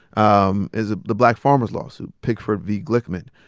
um is the black farmers lawsuit, pigford v. glickman.